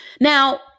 Now